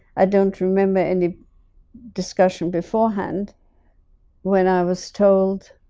i don't remember any discussion beforehand when i was told